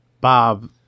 Bob